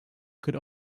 could